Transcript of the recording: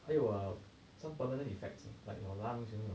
还有 err some permanent effects ah like your lungs you know